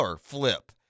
flip